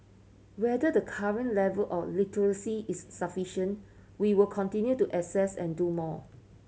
whether the current level of literacy is sufficion we will continue to assess and do more